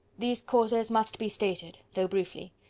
these causes must be stated, though briefly.